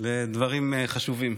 לדברים חשובים.